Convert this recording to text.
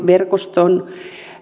verkoston